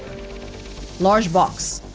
large box.